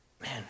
man